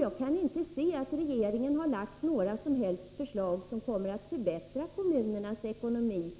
Jag kan inte se att regeringen har lagt fram några som helst förslag som kommer att förbättra kommunernas ekonomi